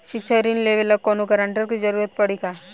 शिक्षा ऋण लेवेला कौनों गारंटर के जरुरत पड़ी का?